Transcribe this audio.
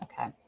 Okay